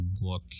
look